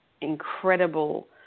incredible